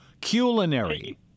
Culinary